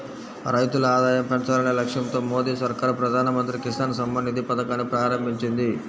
రైతుల ఆదాయం పెంచాలనే లక్ష్యంతో మోదీ సర్కార్ ప్రధాన మంత్రి కిసాన్ సమ్మాన్ నిధి పథకాన్ని ప్రారంభించింది